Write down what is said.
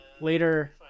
Later